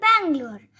Bangalore